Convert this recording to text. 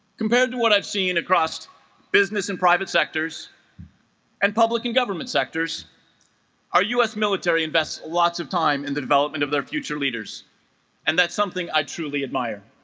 compared to what seen across business and private sectors and public and government sectors our us military invests lots of time in the development of their future leaders and that's something i truly admire